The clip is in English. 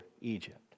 Egypt